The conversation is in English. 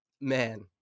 man